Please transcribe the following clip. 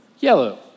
Yellow